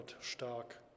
Stark